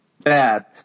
bad